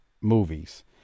movies